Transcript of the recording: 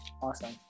Awesome